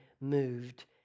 moved